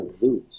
lose